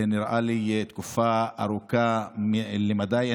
זה נראה לי תקופה ארוכה למדי.